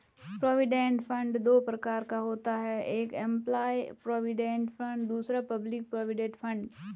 provident fund दो प्रकार का होता है एक एंप्लॉय प्रोविडेंट फंड दूसरा पब्लिक प्रोविडेंट फंड